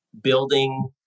building